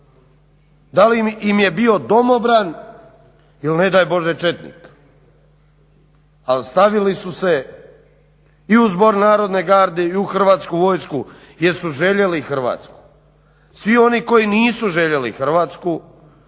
da li im je bio domobran ili ne daj Bože četnik ali stavili su se i u Zbor narodne garde i u Hrvatsku vojsku jer su željeli Hrvatsku. svi oni koji nisu željeli Hrvatsku